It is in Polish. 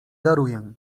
daruję